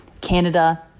Canada